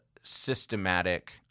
systematic